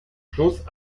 schluss